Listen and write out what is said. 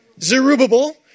Zerubbabel